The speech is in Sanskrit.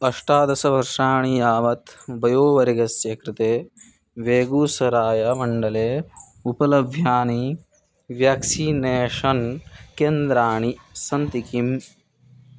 अष्टादशवर्षाणि यावत् वयोवर्गस्य कृते वेगूसरायमण्डले उपलभ्यानि व्याक्सीनेषन् केन्द्राणि सन्ति किम्